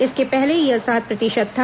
इसके पहले यह सात प्रतिशत था